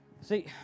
See